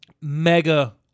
mega